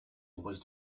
was